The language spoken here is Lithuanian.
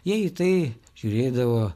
jie į tai žiūrėdavo